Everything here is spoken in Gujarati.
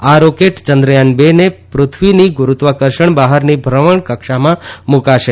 આ રોકેટ ચંદ્રયાન બેને પૃથ્ળીની ગુરૂત્વાકર્ષણ બહારની ભ્રમણકક્ષામાં મુકાશે